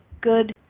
good